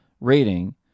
rating